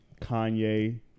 Kanye